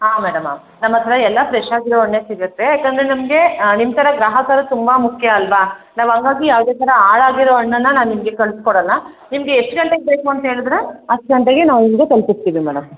ಹಾಂ ಮೇಡಮ ನಮ್ಮತ್ತಿರ ಎಲ್ಲ ಫ್ರೆಶ್ ಆಗಿರೋ ಹಣ್ಣೇ ಸಿಗುತ್ತೆ ಯಾಕೆಂದ್ರೆ ನಮಗೆ ನಿಮ್ಮ ಥರ ಗ್ರಾಹಕರು ತುಂಬಾ ಮುಖ್ಯ ಅಲ್ವಾ ನಾವು ಹಂಗಾಗಿ ಯಾವುದೇ ಥರ ಹಾಳಾಗಿರೋ ಹಣ್ಣನ್ನ ನಾ ನಿಮಗೆ ಕಳ್ಸಿ ಕೊಡೋಲ್ಲ ನಿಮಗೆ ಎಷ್ಟು ಗಂಟೆಗೆ ಬೇಕು ಅಂತ ಹೇಳದ್ರೆ ಅಷ್ಟು ಗಂಟೆಗೆ ನಾವು ನಿಮಗೆ ತಲುಪಿಸ್ತೀವಿ ಮೇಡಮ್